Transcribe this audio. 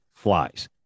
Flies